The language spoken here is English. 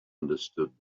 understood